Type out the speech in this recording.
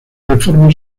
reforma